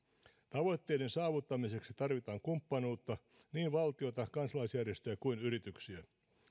tavoitteiden saavuttamiseksi tarvitaan kumppanuutta niin valtiota kansalaisjärjestöjä kuin yrityksiä